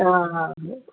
हा हा